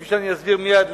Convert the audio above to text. כפי שאני אסביר מייד,